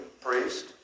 priest